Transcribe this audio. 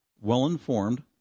well-informed